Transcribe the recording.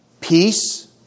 Peace